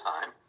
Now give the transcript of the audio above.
time